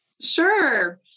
Sure